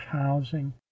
housing